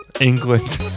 england